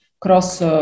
cross